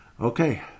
Okay